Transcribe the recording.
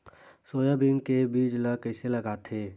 Soybean के बीज ल कइसे लगाथे?